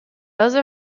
other